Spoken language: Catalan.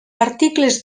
articles